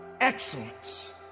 Excellence